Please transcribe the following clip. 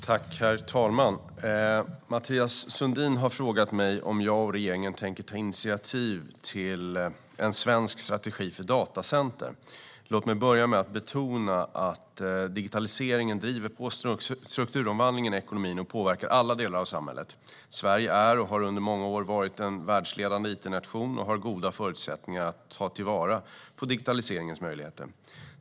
Herr talman! Mathias Sundin har frågat mig om jag och regeringen tänker ta initiativ till en svensk strategi för datacenter. Låt mig börja med att betona att digitaliseringen driver på strukturomvandlingen i ekonomin och påverkar alla delar av samhället. Sverige är och har under många år varit en världsledande it-nation och har goda förutsättningar att ta till vara digitaliseringens möjligheter.